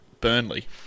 Burnley